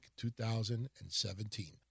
2017